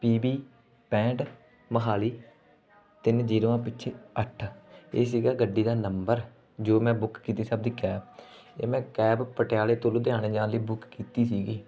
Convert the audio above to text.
ਪੀ B ਪੈਂਹਠ ਮੋਹਾਲੀ ਤਿੰਨ ਜ਼ੀਰੋਆਂ ਪਿੱਛੇ ਅੱਠ ਇਹ ਸੀਗਾ ਗੱਡੀ ਦਾ ਨੰਬਰ ਜੋ ਮੈਂ ਬੁੱਕ ਕੀਤੀ ਸੀ ਆਪਣੀ ਕੈਬ ਇਹ ਮੈਂ ਕੈਬ ਪਟਿਆਲੇ ਤੋਂ ਲੁਧਿਆਣੇ ਜਾਣ ਲਈ ਬੁੱਕ ਕੀਤੀ ਸੀਗੀ